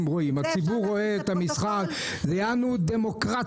הציבור רואה את המשחק, זה יענו דמוקרציה.